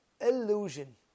illusion